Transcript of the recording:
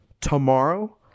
tomorrow